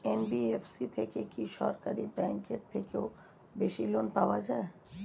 NBFC থেকে কি সরকারি ব্যাংক এর থেকেও বেশি লোন পাওয়া যায়?